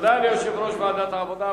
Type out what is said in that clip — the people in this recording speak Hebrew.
תודה ליושב-ראש ועדת העבודה,